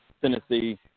Tennessee